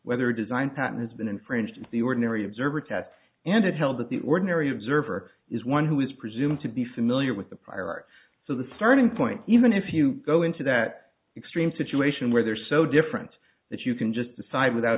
whether design patents been in for and the ordinary observer test and it held that the ordinary observer is one who is presumed to be familiar with the prior art so the starting point even if you go into that extreme situation where they're so different that you can just decide without